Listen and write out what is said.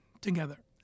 together